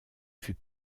fut